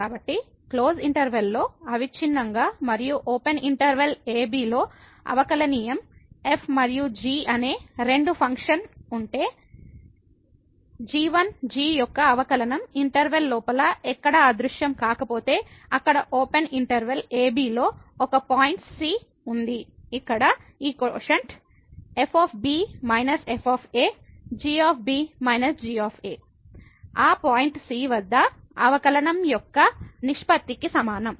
కాబట్టి close interval లో అవిచ్ఛిన్నంగా మరియు ఓపెన్ ఇంటర్వెల్ a b లో అవకలనియమం f మరియు g అనే రెండు ఫంక్షన్ ఉంటే g g యొక్క అవకలనం ఇంటర్వెల్ లోపల ఎక్కడా అదృశ్యం కాకపోతే అక్కడ ఓపెన్ ఇంటర్వెల్ a b లో ఒక పాయింట్ c ఉంది ఇక్కడ ఈ కోషంట్ f −f g−g ఆ పాయింట్ c వద్దా అవకలనం యొక్క నిష్పత్తికి సమానం